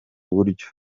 buryo